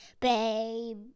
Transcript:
babe